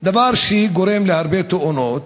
דבר שגורם להרבה תאונות.